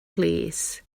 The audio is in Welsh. plîs